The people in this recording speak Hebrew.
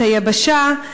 את היבשה.